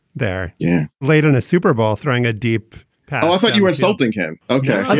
their yeah lead in a super bowl, throwing a deep powell thought you were insulting him okay